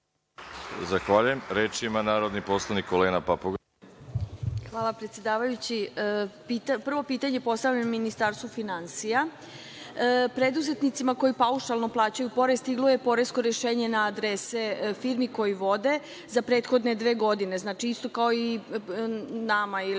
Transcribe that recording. Hvala, predsedavajući. Prvo pitanje postavljam Ministarstvu finansija. Preduzetnici koji paušalno plaćaju porez stiglo je poresko rešenje na adrese firmi koje vode za prethodne dve godine, znači, isto kao i nama ili